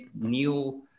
Neil